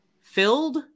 filled